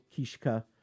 Kishka